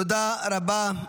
תודה רבה.